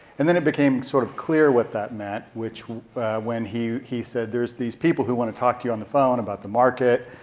and then it became sort of clear what that meant when he he said there's these people who wanna talk to you on the phone about the market.